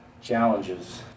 challenges